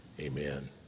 amen